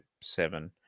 seven